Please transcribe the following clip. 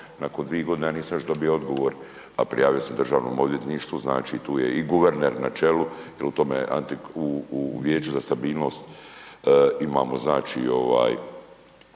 nakon 2 godine ja nisam još dobio odgovor, a prijavio sam državnom odvjetništvu. Znači tu je i guverner na čelu i u tome u, u vijeću za stabilnost imamo znači ovaj